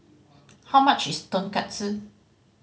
how much is Tonkatsu